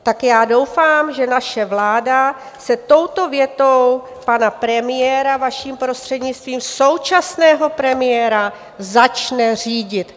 Tak já doufám, že naše vláda se touto větou pana premiéra, vaším prostřednictvím, současného premiéra, začne řídit.